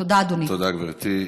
תודה, גברתי.